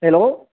hello